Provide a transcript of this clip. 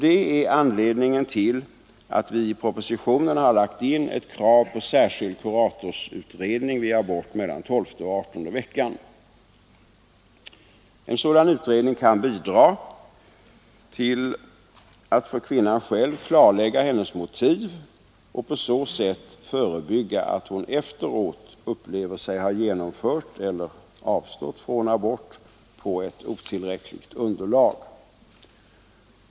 Detta är anledningen till att vi i propositionen har lagt in ett krav på särskild kuratorsutredning vid abort mellan tolfte och adertonde veckan. Denna utredning kan bl.a. bidra till att för kvinnan själv klarlägga hennes motiv och på så sätt förebygga att hon efteråt upplever sig ha genomfört eller avstått från abort på ett otillräckligt underlag.